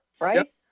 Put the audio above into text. right